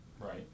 right